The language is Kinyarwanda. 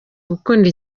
gukunda